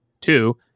Two